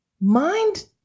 mind